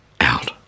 out